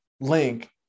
link